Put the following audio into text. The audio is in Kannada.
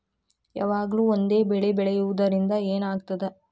ಯಾವಾಗ್ಲೂ ಒಂದೇ ಬೆಳಿ ಬೆಳೆಯುವುದರಿಂದ ಏನ್ ಆಗ್ತದ?